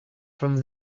from